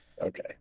Okay